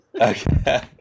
Okay